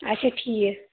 اچھا ٹھیٖک